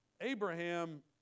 Abraham